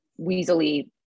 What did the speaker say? weaselly